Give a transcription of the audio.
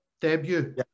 debut